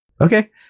Okay